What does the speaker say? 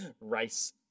rice